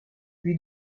lui